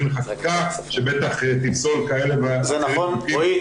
לחקיקה שבטח תפסול כאלה ואחרים --- רועי,